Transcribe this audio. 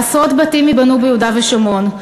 עשרות בתים ייבנו ביהודה ושומרון.